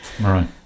right